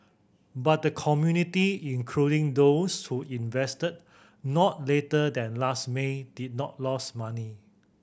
but the community including those who invested not later than last May did not lost money